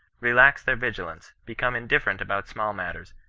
relax their vigilance, become indif ferent about small matters,